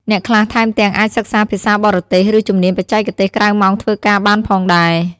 អ្នកខ្លះថែមទាំងអាចសិក្សាភាសាបរទេស ឬជំនាញបច្ចេកទេសក្រៅម៉ោងធ្វើការបានផងដែរ។